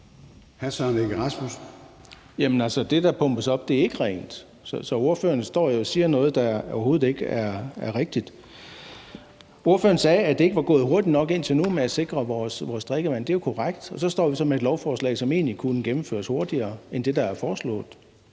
det, der pumpes op, er ikke rent. Så ordføreren står jo og siger noget, der overhovedet ikke er rigtigt. Ordføreren sagde, at det ikke var gået hurtigt nok indtil nu med at sikre vores drikkevand. Det er jo korrekt, og så står vi så med et lovforslag, som egentlig kunne gennemføres hurtigere end det, der er foreslået.